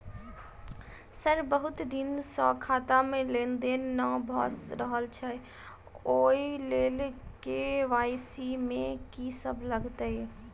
Sir बहुत दिन सऽ खाता मे लेनदेन नै भऽ रहल छैय ओई लेल के.वाई.सी मे की सब लागति ई?